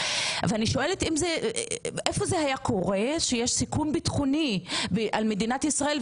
ואני שואלת איפה זה היה קורה שיש סיכון ביטחוני על מדינת ישראל,